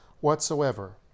whatsoever